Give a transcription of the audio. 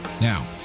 Now